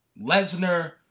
Lesnar